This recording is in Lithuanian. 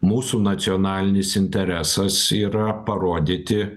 mūsų nacionalinis interesas yra parodyti